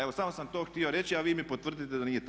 Evo, samo sam to htio reći a vi mi potvrdite da nije tako.